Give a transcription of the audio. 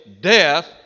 death